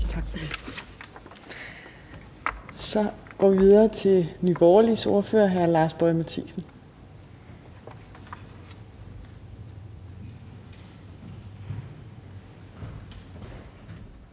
Så går vi videre til Nye Borgerliges ordfører, hr. Lars Boje Mathiesen.